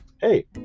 hey